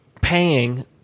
paying